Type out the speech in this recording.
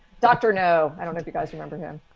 doctor no. i don't know if you guys remember him,